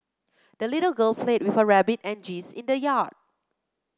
the little girl played with her rabbit and geese in the yard